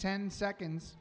ten seconds